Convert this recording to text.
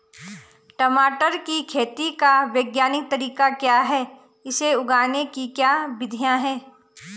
टमाटर की खेती का वैज्ञानिक तरीका क्या है इसे उगाने की क्या विधियाँ हैं?